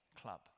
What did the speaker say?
Club